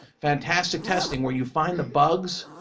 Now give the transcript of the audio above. fantastic testing where you find the bugs,